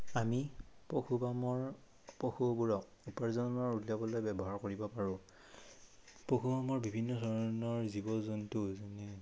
আমি পশুপামৰ পশুবোৰক উপাৰ্জনৰ উদ্যোগলৈ ব্যৱহাৰ কৰিব পাৰোঁ পশুসমূহৰ বিভিন্ন ধৰণৰ জীৱ জন্তু যেনে